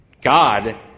God